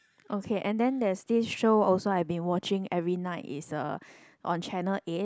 okay and then there's this show also I've been watching every night is uh on channel eight